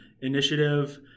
initiative